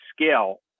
scale